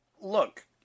look